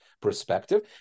perspective